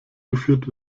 geführt